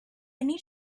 need